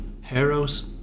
heroes